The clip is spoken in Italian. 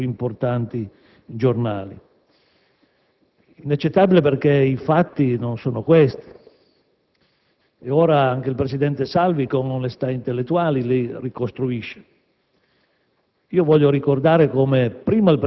autorevole esponente politico apparse su importanti giornali, inaccettabili perché i fatti non sono questi ed ora il presidente Salvi con onestà intellettuale li ricostruisce.